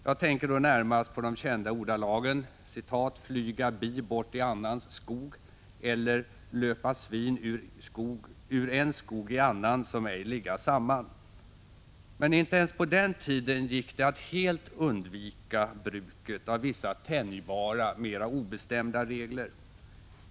Jag tänker då närmast på de kända orden: ”flyga bi bort i annans skog” eller ”löpa svin ur en skog i annan som ej ligga samman”. Men inte ens på den tiden gick det att helt undvika bruket av vissa tänjbara, mera obestämda regler.